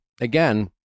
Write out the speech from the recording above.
again